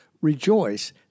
Rejoice